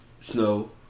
Snow